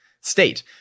State